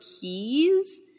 keys